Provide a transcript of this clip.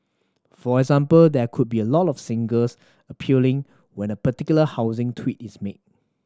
for example there could be a lot of singles appealing when a particular housing tweak is made